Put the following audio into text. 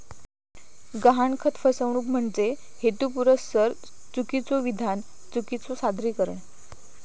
गहाणखत फसवणूक म्हणजे हेतुपुरस्सर चुकीचो विधान, चुकीचो सादरीकरण